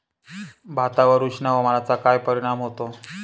भातावर उष्ण हवामानाचा काय परिणाम होतो?